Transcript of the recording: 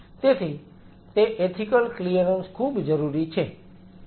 તેથી તે ethical clearance ખૂબ જરૂરી છે